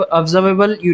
observable